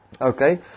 Okay